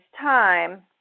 time